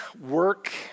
work